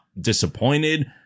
disappointed